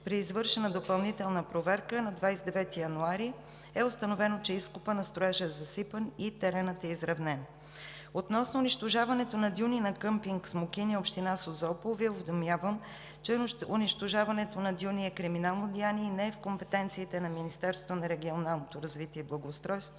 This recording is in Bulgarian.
При извършена допълнителна проверка на 29 януари е установено, че изкопът на строежа е засипан и теренът е изравнен. Относно унищожаването на дюни на къмпинг „Смокиня“ – община Созопол, Ви уведомявам, че унищожаването на дюни е криминално деяние и не е в компетенциите на Министерството на регионалното развитие и благоустройството